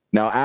Now